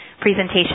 presentation